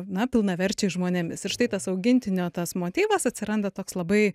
na pilnaverčiais žmonėmis ir štai tas augintinio tas motyvas atsiranda toks labai